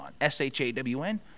S-H-A-W-N